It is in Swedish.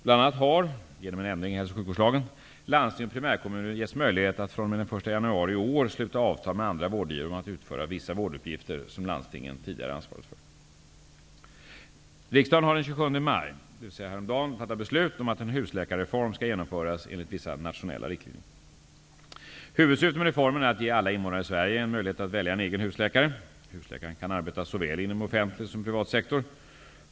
Bl.a. har -- genom en ändring i hälso och sjukvårdslagen -- landsting och primärkommuner getts möjlighet att fr.o.m. den 1 januari 1993 sluta avtal med andra vårdgivare om att utföra vissa vårduppgifter som landstingen ansvarar för. Riksdagen har den 27 maj fattat beslut om att en husläkarreform skall genomföras enligt vissa nationella riktlinjer. Huvudsyftet med reformen är att ge alla invånare i Sverige en möjlighet att välja en egen husläkare. Husläkaren kan arbeta inom såväl offentlig som privat sektor.